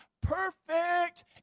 perfect